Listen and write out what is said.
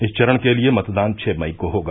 इस चरण के लिये मतदान छ मई को होगा